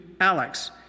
Alex